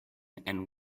and